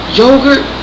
yogurt